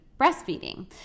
breastfeeding